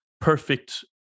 perfect